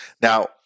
Now